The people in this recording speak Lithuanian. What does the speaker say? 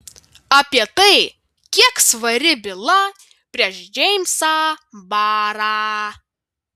apie tai kiek svari byla prieš džeimsą barą